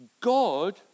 God